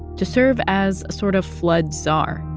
to serve as a sort of flood czar.